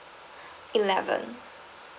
eleven